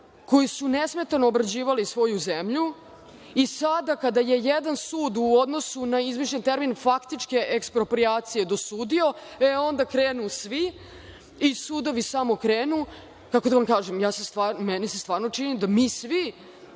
koji su nesmetano obrađivali svoju zemlju i sada kada je jedan sud u odnosu na izmišljen termin faktičke eksproprijacije dosudio, e, onda krenu svi i sudovi samo krenu. Meni se stvarno čini da mi svi